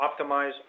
optimize